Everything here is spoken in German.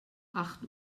acht